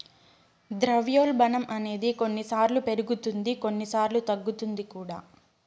ద్రవ్యోల్బణం అనేది కొన్నిసార్లు పెరుగుతుంది కొన్నిసార్లు తగ్గుతుంది కూడా